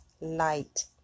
light